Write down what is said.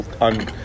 on